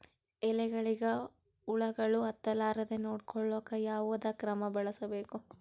ಎಲೆಗಳಿಗ ಹುಳಾಗಳು ಹತಲಾರದೆ ನೊಡಕೊಳುಕ ಯಾವದ ಕ್ರಮ ಬಳಸಬೇಕು?